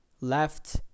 Left